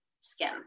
skin